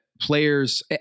players